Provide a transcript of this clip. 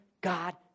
God